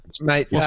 Mate